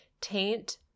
Taint